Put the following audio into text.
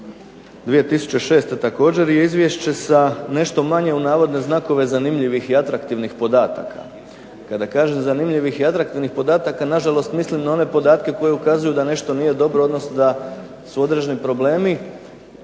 2006. također je izvješće sa nešto manje "zanimljivih i atraktivnih" podataka. Kada kažem zanimljivih i atraktivnih podataka, mislim na žalost na one podatke koji pokazuju da nešto nije dobro odnosno da su određeni problemi,